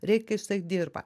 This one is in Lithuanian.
reikia jisai dirba